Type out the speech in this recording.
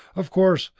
of course,